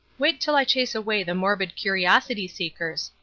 wait till i chase away the morbid curiosity-seekers.